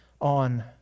on